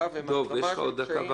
יש לך עוד דקה וחצי,